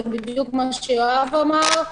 זה בדיוק מה שיואב אמר.